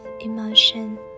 emotion